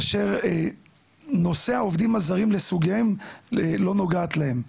אשר נושא העובדים הזרים לסוגיהם לא נוגעת להם,